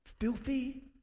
filthy